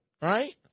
right